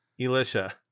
Elisha